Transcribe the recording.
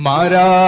Mara